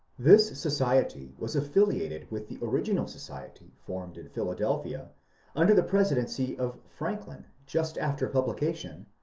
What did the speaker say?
this society was afiuiated with the original society formed in philadelphia under the presidency of franklin just after publication,